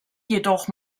jedoch